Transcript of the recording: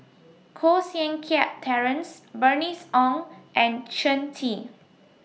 Koh Seng Kiat Terence Bernice Ong and Shen Xi